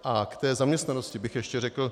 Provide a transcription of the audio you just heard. A k té zaměstnanosti bych ještě řekl.